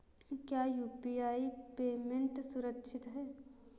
क्या UPI payment सुरक्षित है?